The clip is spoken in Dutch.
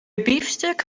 biefstuk